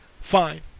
fine